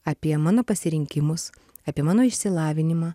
apie mano pasirinkimus apie mano išsilavinimą